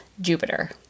Jupiter